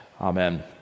amen